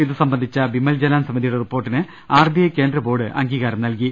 ഇതു സംബന്ധിച്ച ബിമൽ ജലാൻ സമിതിയുടെ റിപ്പോർട്ടിന് ആർബിഐ കേന്ദ്ര ബോർഡ് അംഗീകാരം നൽകി